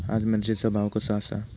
आज मिरचेचो भाव कसो आसा?